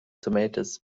tomatoes